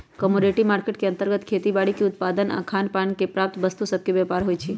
commodity market के अंतर्गत खेती बाड़ीके उत्पाद आऽ खान से प्राप्त वस्तु सभके व्यापार होइ छइ